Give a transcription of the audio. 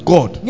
God